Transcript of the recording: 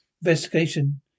Investigation